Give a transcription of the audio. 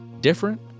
different